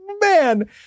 Man